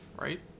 right